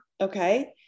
Okay